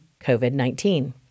COVID-19